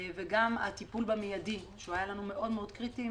וגם הטיפול במיידי שהיה לנו מאוד קריטי,